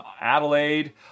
Adelaide